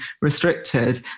restricted